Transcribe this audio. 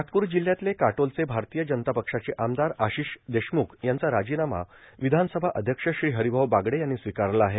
नागपूर जिल्ह्यातले काटोलचे भारतीय जनता पक्षाचे आमदार आशिष देशमुख यांचा राजीनामा विधानसभा अध्यक्ष श्री हरिभाऊ बागडे यांनी स्वीकारला आहे